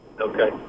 Okay